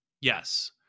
Yes